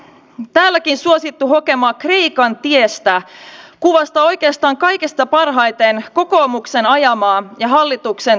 täälläkin suosittu hokema kreikan tiestä kuvastaa oikeastaan kaikista parhaiten kokoomuksen ajamaa ja hallituksen toteuttamaa politiikkaa